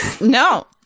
No